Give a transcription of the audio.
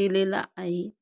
दिलेला आहे